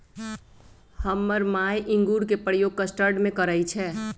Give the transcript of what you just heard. हमर माय इंगूर के प्रयोग कस्टर्ड में करइ छै